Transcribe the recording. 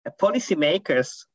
policymakers